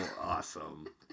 awesome